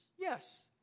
Yes